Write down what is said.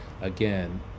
again